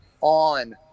on